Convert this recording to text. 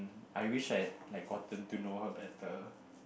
I wish I had like gotten to know her better